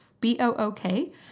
B-O-O-K